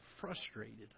frustrated